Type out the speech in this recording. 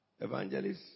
evangelists